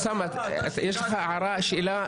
אוסאמה, יש לך הערה או שאלה?